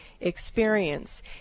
experience